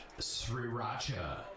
sriracha